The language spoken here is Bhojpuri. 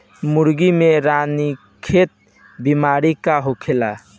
मुर्गी में रानीखेत बिमारी का होखेला?